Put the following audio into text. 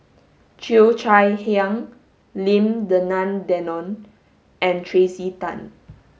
Cheo Chai Hiang Lim Denan Denon and Tracey Tan